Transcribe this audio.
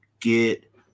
get